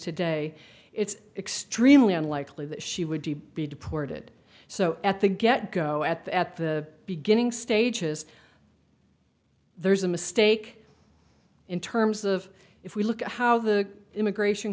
today it's extremely unlikely that she would be deported so at the get go at that at the beginning stages there's a mistake in terms of if we look at how the immigration